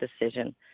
decision